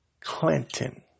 Clinton